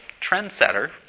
trendsetter